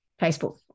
Facebook